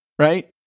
Right